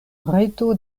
reto